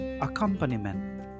accompaniment